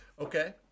Okay